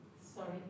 sorry